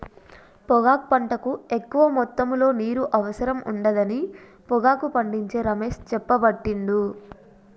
పొగాకు పంటకు ఎక్కువ మొత్తములో నీరు అవసరం ఉండదని పొగాకు పండించే రమేష్ చెప్పబట్టిండు